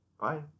Bye